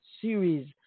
series